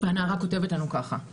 הנערה כותבת לנו ככה: